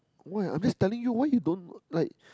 why I'm just telling you why you don't like